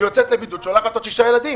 היא יוצאת לבידוד, שולחת עוד שישה ילדים